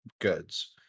goods